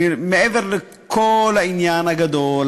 מעבר לכל העניין הגדול,